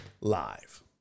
live